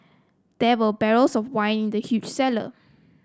there were barrels of wine in the huge cellar